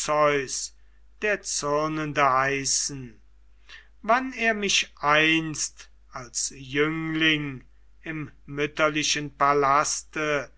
der zürnende heißen wann er mich einst als jüngling im mütterlichen palaste